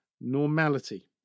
normality